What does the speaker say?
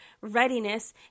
readiness